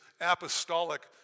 apostolic